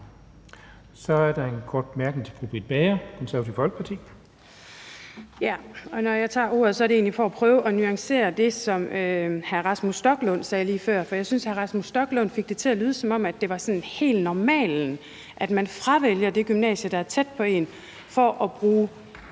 Så er der en kort bemærkning til fru Britt Bager, Det Konservative Folkeparti. Kl. 12:10 Britt Bager (KF): Når jeg tager ordet, er det egentlig for at prøve at nuancere det, som hr. Rasmus Stoklund sagde lige før, for jeg synes, hr. Rasmus Stoklund fik det til at lyde, som om det sådan var normalen, at man fravælger det gymnasium, der er tæt på en, for at bruge